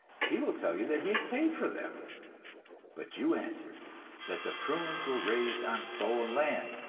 he will tell you that he has paid for them but you answer that the prunes were raised on stolen land,